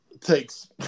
takes